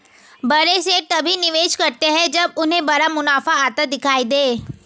बड़े सेठ तभी निवेश करते हैं जब उन्हें बड़ा मुनाफा आता दिखाई दे